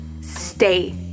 Stay